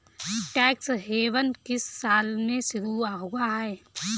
Tax haven किस साल में शुरू हुआ है?